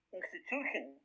institution